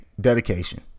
dedication